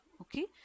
Okay